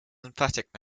emphatic